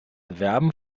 werben